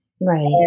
Right